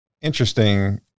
interesting